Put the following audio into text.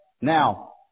Now